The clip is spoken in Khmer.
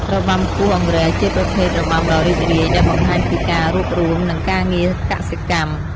របាំគោះអង្រែជាប្រភេទរបាំដ៏រីករាយ ដែលបង្ហាញពីការរួបរួម និងការងារកសិកម្ម។